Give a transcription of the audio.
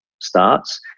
starts